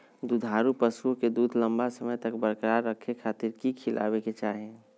दुधारू पशुओं के दूध लंबा समय तक बरकरार रखे खातिर की खिलावे के चाही?